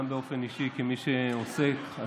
גם כמי שעוסק באופן אישי,